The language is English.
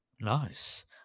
Nice